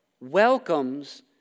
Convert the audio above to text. welcomes